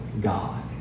God